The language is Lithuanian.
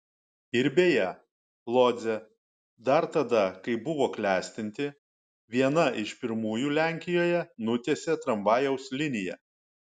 ir beje lodzė dar tada kai buvo klestinti viena iš pirmųjų lenkijoje nutiesė tramvajaus liniją